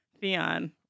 Theon